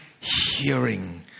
hearing